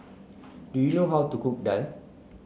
do you know how to cook Daal